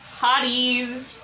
Hotties